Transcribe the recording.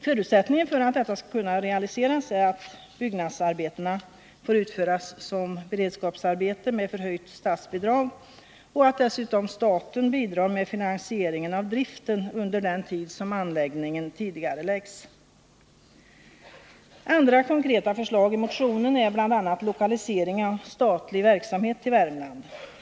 Förutsättningen för att detta skall kunna realiseras är att byggnadsarbetena får utföras som beredskapsarbete med förhöjt statsbidrag och att staten dessutom bidrar med finansieringen av driften under den tid som anläggningen tidigareläggs. Andra konkreta förslag i motionen är bl.a. lokalisering av statlig verksamhet till Värmland.